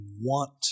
want